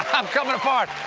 i'm coming apart!